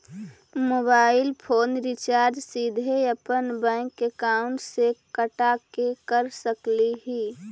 Mobile phone recharge सीधे अपन bank account से कटा के कर सकली ही?